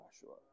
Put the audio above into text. Joshua